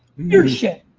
your shit.